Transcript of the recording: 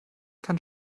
kann